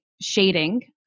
shading